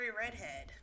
redhead